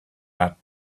that